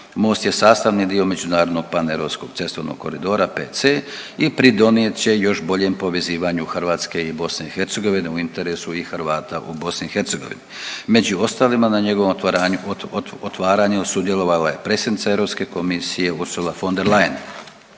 Most je sastavni dio međunarodnog paneuropskog cestovnog koridora V-C i pridonijet će još boljem povezivanju Hrvatske i BiH u interesu i Hrvata u BiH. Među ostalima, na njegovom otvaranju sudjelovalo je predsjednica EU komisije Ursula von der Leyen.